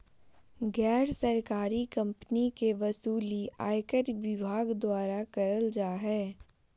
गैर सरकारी कम्पनी के वसूली आयकर विभाग द्वारा करल जा हय